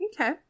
okay